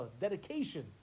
dedication